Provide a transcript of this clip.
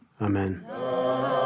Amen